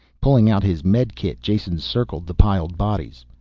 pulling out his medikit, jason circled the piled bodies.